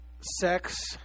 sex